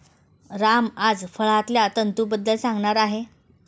राम आज फळांतल्या तंतूंबद्दल सांगणार आहे